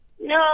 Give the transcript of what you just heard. No